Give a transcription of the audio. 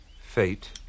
Fate